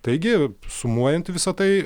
taigi sumuojant visą tai